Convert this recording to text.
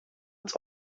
iets